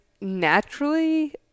naturally